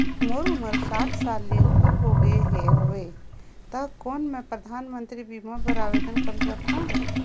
मोर उमर साठ साल ले उपर हो गे हवय त कौन मैं परधानमंतरी बीमा बर आवेदन कर सकथव?